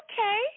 Okay